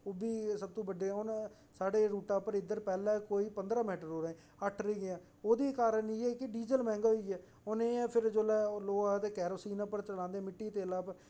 ओह्बी सब तूं बड़े हून साढ़े रूट उप्पर इक इद्धर पैह्लें कोई पंदरां मेटाडोरां हियां अट्ठ रेही गेइयां ओह्दा कारण इ'यै ऐ कि डीजल मैंह्गा होई गेआ ऐ हून लोक जिसलै आखदे कि केरोसीन उप्पर चलादे मिट्टी दे तेलै उप्पर